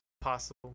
Possible